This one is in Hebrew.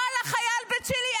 לא על החייל בצ'ילה.